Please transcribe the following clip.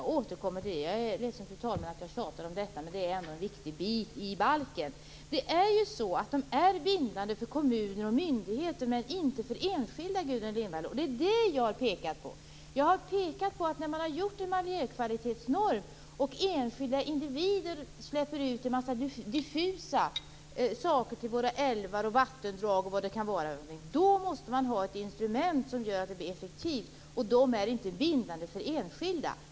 Jag återkommer till det, och jag är ledsen, fru talman, att jag tjatar om detta, men det är ändå en viktig del i balken. De är bindande för kommuner och myndigheter men inte för enskilda, Gudrun Lindvall, och det är det som jag har pekat på. Jag har pekat på att när man har gjort en miljökvalitetsnorm och enskilda individer gör utsläpp av en mängd diffusa ämnen i våra älvar och vattendrag måste man ha ett instrument som gör att det blir effektivt. Men de är inte bindande för enskilda.